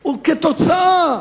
הוא תוצאה